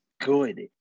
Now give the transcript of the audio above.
good